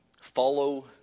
follow